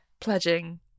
pledging